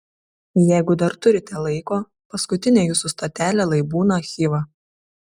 jeigu dar turite laiko paskutinė jūsų stotelė lai būna chiva